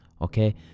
okay